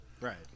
right